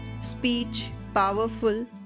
speech-powerful